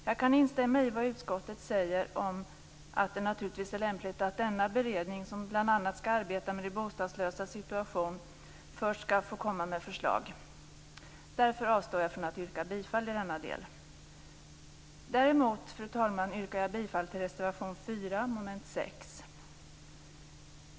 Jag kan instämma i vad utskottet säger om att det naturligtvis är lämpligt att denna beredning, som bl.a. skall arbeta med de bostadslösas situation, först skall få komma med förslag. Därför avstår jag från att yrka bifall i denna del. Däremot yrkar jag bifall till reservation 4 under mom. 6.